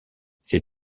ces